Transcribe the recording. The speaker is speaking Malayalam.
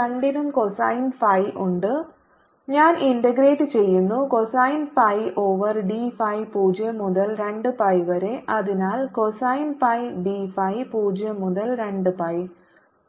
രണ്ടിനും കോസൈൻ ഫൈ ഉണ്ട് ഞാൻ ഇന്റഗ്രേറ്റ് ചെയ്യുന്നു cosine phi over d phi 0 മുതൽ 2 പൈ വരെ അതിനാൽ കോസൈൻ phi d phi 0 മുതൽ 2 പൈ